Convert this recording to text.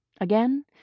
Again